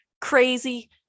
crazy